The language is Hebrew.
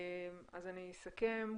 אני אסכם.